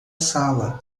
sala